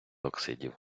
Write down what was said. оксидів